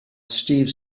steve